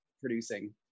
producing